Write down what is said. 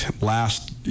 last